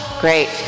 Great